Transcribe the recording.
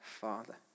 Father